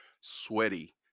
sweaty